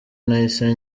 nahise